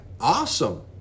awesome